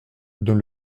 dans